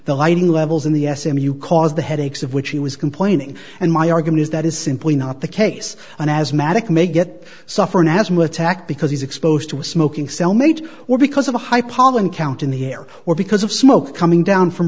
the lighting levels in the s m u caused the headaches of which he was complaining and my argument is that is simply not the case an asthmatic may get to suffer an asthma attack because he's exposed to a smoking cellmate or because of a high pollen count in the air or because of smoke coming